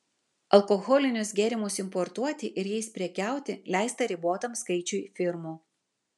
alkoholinius gėrimus importuoti ir jais prekiauti leista ribotam skaičiui firmų